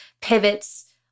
Pivots